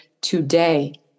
today